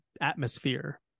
atmosphere